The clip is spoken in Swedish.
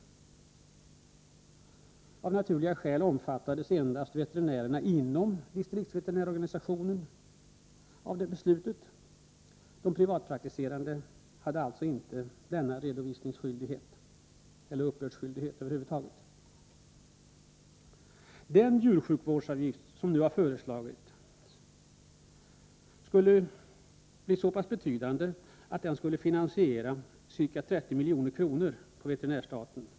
Av naturliga skäl var det endast veterinärer inom distriktsveterinärorganisationen som omfattades av detta beslut. Privatpraktiserande veterinärer hade inte denna uppbördsskyldighet. Den djursjukvårdsavgift som nu har föreslagits skulle bli så betydande att den skulle finansiera ca 30 milj.kr. på veterinärstaten.